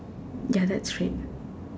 ya that's straight